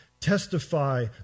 testify